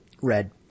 Red